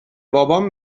بابام